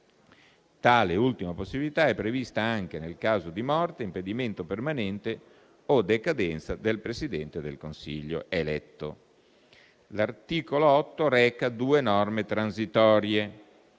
Tale ultima possibilità è prevista anche nel caso di morte, impedimento permanente o decadenza del Presidente del Consiglio eletto. L'articolo 8 reca due norme transitorie.